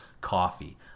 coffee